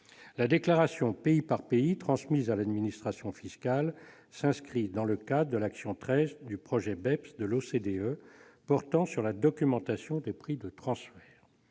La déclaration pays par pays transmise à l'administration fiscale s'inscrit dans le cadre de l'action 13 du projet BEPS de l'OCDE, portant sur la documentation des prix de transfert.